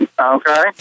Okay